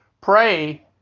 pray